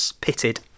pitted